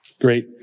great